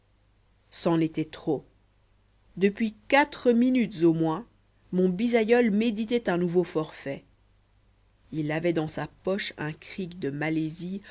c'en était trop depuis quatre minutes au moins mon bisaïeul méditait un nouveau forfait il avait dans sa poche un crick de malaisie